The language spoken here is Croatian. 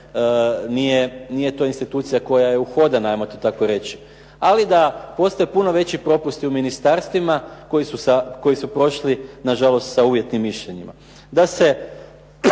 jer nije to institucija koja je uhodana, hajmo to tako reći, ali da postoje puno veći propusti u ministarstvima koji su prošli na žalost sa uvjetnim mišljenjima.